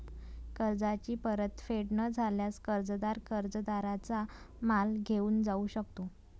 कर्जाची परतफेड न झाल्यास, कर्जदार कर्जदाराचा माल घेऊन जाऊ शकतो